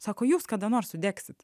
sako jūs kada nors sudegsit